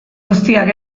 guztiak